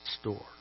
store